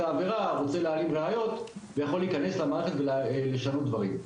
העבירה רוצה להעלים ראיות ויכול להיכנס למערכת ולשנות דברים.